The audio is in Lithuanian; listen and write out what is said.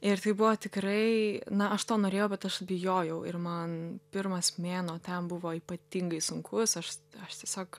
ir tai buvo tikrai na aš to norėjau bet aš bijojau ir man pirmas mėnuo ten buvo ypatingai sunkus aš aš tiesiog